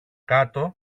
κάτω